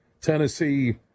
Tennessee